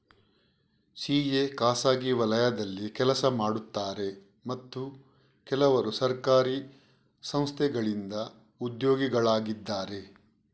CA ಖಾಸಗಿ ವಲಯದಲ್ಲಿ ಕೆಲಸ ಮಾಡುತ್ತಾರೆ ಮತ್ತು ಕೆಲವರು ಸರ್ಕಾರಿ ಸಂಸ್ಥೆಗಳಿಂದ ಉದ್ಯೋಗಿಗಳಾಗಿದ್ದಾರೆ